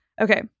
Okay